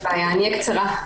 אני אהיה קצרה.